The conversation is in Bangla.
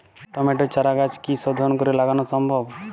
টমেটোর চারাগাছ কি শোধন করে লাগানো সম্ভব?